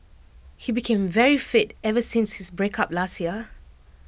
he became very fit ever since his breakup last year